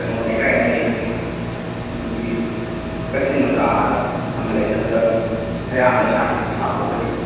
ꯀꯩꯅꯣ ꯂꯩꯀꯥꯏ ꯑꯃ ꯂꯩꯕꯅꯦ ꯑꯗꯨꯒꯤ ꯀꯩꯊꯦꯜ ꯃꯆꯥꯗ ꯑꯃ ꯂꯩ ꯑꯗꯨꯗ ꯑꯌꯥꯝꯕ ꯁꯥꯏ ꯁꯥꯕꯕꯨꯗꯤ